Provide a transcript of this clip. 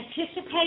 anticipate